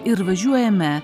ir važiuojame